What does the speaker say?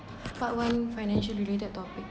part one financial related topic